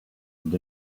and